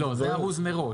זה ארוז מראש.